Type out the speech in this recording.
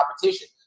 competition